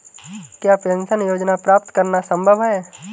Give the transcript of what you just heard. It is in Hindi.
क्या पेंशन योजना प्राप्त करना संभव है?